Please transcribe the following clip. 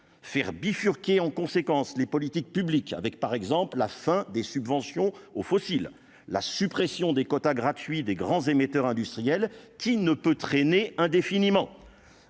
faire bifurquer en conséquence les politiques publiques, avec par exemple la fin des subventions aux fossiles, la suppression des quotas gratuits des grands émetteurs industriels qui ne peut traîner indéfiniment